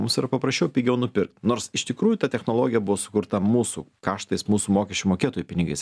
mums yra paprašiau pigiau nupirkt nors iš tikrųjų ta technologija buvo sukurta mūsų kaštais mūsų mokesčių mokėtojų pinigais